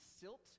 silt